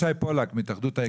ישי פולק מהתאחדות האיכרים.